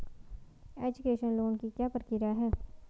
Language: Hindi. एजुकेशन लोन की क्या प्रक्रिया है?